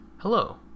Hello